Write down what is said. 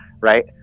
right